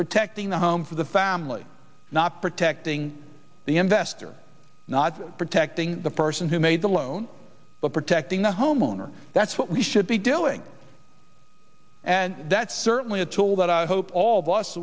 protecting the home for the family not protecting the investor not protecting the person who made the loan but protecting the homeowner that's what we should be doing and that's certainly a tool that i hope all